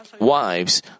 wives